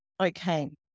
Okay